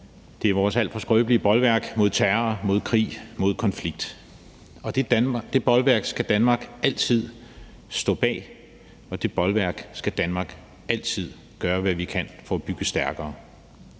Det er vores alt for skrøbelige bolværk mod terror, mod krig, mod konflikt, og det bolværk skal Danmark altid stå bag, og det bolværk skal Danmark altid gøre hvad vi kan for at bygge stærkere.